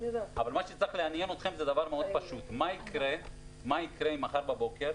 מה שצריך לעניין אתכם זה דבר מאוד פשוט: מה יקרה אם מחר בבוקר